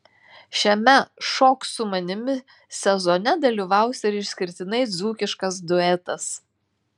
šiame šok su manimi sezone dalyvaus ir išskirtinai dzūkiškas duetas